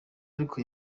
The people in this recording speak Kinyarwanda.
ariko